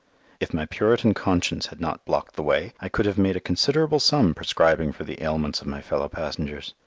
if my puritan conscience had not blocked the way, i could have made a considerable sum prescribing for the ailments of my fellow passengers.